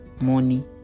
money